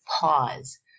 pause